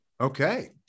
Okay